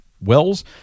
wells